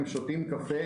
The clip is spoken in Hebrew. הם שותים קפה,